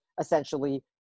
essentially